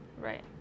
right